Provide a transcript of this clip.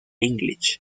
english